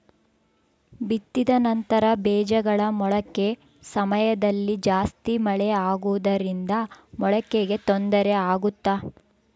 ಬಿತ್ತಿದ ನಂತರ ಬೇಜಗಳ ಮೊಳಕೆ ಸಮಯದಲ್ಲಿ ಜಾಸ್ತಿ ಮಳೆ ಆಗುವುದರಿಂದ ಮೊಳಕೆಗೆ ತೊಂದರೆ ಆಗುತ್ತಾ?